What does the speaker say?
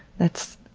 that's,